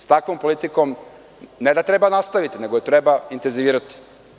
S takvom politikom ne da treba nastaviti, nego je treba intenzivirati.